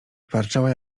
warczała